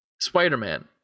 Spider-Man